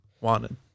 wanted